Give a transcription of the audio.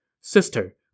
Sister